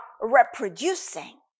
reproducing